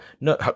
No